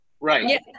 right